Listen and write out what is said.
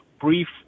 brief